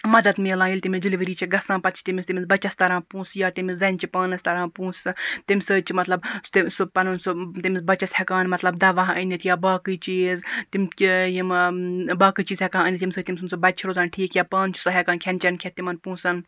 مَدَد مِلان ییٚلہِ تمِس ڈیٚلوری چھِ گَژھان پَتہٕ چھِ تمِس تمِس بَچَس تَران پونٛسہٕ یا تمِس زَنہِ چھِ پانَس تَران پونٛسہٕ تمہِ سۭتۍ چھِ مَطلَب سُہ پَنُن سُہ تٔمِس بَچَس ہیٚکان مَطلَب دَوا أنِتھ یا باقی چیٖز تِم کہِ یِم باقی چیٖز ہیٚکان أنِتھ ییٚمہِ سۭتۍ تمہِ سُنٛد سُہ بَچہٕ چھُ روزان ٹھیٖک یا پانہ چھِ سۄ ہیٚکان کھیٚن چیٚن کھیٚتھ تِمَن پونٛسَن